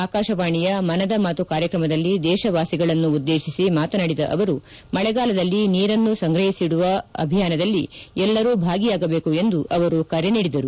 ಆಕಾಶವಾಣಿಯ ಮನದ ಮಾತು ಕಾರ್ಯಕ್ರಮದಲ್ಲಿ ದೇಶವಾಸಿಗಳನ್ನುದ್ದೇಶಿಸಿ ಮಾತನಾಡಿದ ಅವರು ಮಳೆಗಾಲದಲ್ಲಿ ನೀರನ್ನು ಸಂಗ್ರಹಿಸಿದುವ ಅಭಿಯಾನ ಎಲ್ಲರೂ ಭಾಗಿಯಾಗಬೇಕು ಎಂದು ಅವರು ಕರೆ ನೀಡಿದರು